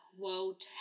world